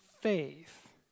faith